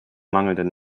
mangelnden